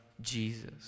Jesus